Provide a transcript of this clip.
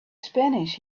spanish